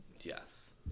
Yes